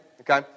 okay